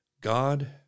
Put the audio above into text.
God